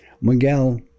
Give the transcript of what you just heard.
Miguel